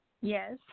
Yes